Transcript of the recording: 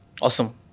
Awesome